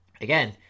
again